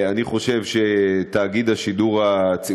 אני חושב שתאגיד השידור הציבורי,